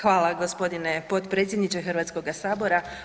Hvala gospodine potpredsjedniče Hrvatskoga sabora.